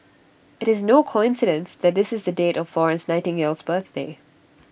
IT is no coincidence that this is the date of Florence Nightingale's birthday